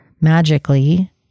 magically